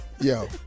yo